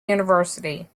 university